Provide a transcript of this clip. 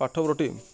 Partha Pratim